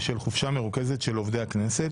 בשל חופשה מרוכזת של עובדי הכנסת,